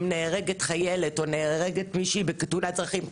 נהרגת חיילת או נהרגת מישהי בתאונת דרכים,